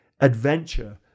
adventure